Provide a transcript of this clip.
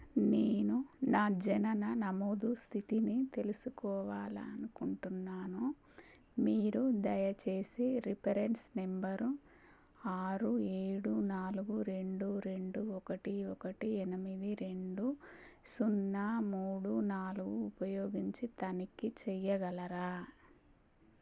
నేను నా జనన నమోదు స్థితిని తెలుసుకోవాలనుకుంటున్నాను మీరు దయచేసి రిఫరెన్స్ నంబరు ఆరు ఏడు నాలుగు రెండు రెండు ఒకటి ఒకటి ఎనిమిది రెండు సున్నా మూడు నాలుగు ఉపయోగించి తనిఖీ చేయగలరా